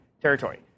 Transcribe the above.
Territory